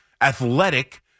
athletic